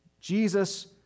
Jesus